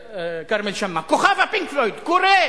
כרמל שאמה, כוכב ה"פינק פלויד" קורא